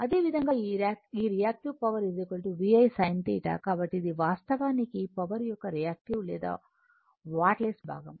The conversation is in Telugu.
అదేవిధంగా ఈ రియాక్టివ్ పవర్ VI sin θ కాబట్టి ఇది వాస్తవానికి పవర్ యొక్క రియాక్టివ్ లేదా వాట్లెస్ భాగం